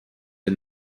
der